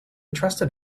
trusted